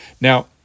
Now